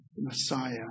Messiah